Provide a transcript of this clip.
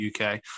UK